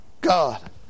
God